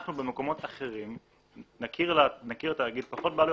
אנחנו במקומות אחרים נכיר תאגיד פחות בעלויות,